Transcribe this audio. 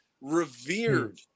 revered